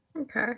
Okay